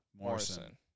Morrison